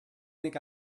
think